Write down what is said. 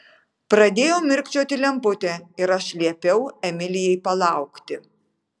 pradėjo mirkčioti lemputė ir aš liepiau emilijai palaukti